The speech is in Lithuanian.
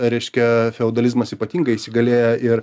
reiškia feodalizmas ypatingai įsigalėja ir